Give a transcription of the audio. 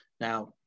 Now